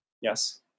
Yes